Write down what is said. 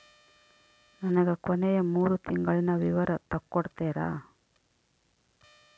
ನನಗ ಕೊನೆಯ ಮೂರು ತಿಂಗಳಿನ ವಿವರ ತಕ್ಕೊಡ್ತೇರಾ?